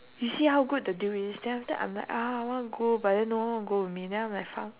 you see how good the deal is then after that I'm like ah I want go but then no one want go with me then I'm like fuck